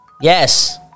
Yes